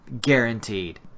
Guaranteed